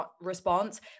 response